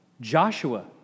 Joshua